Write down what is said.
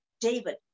David